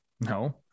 No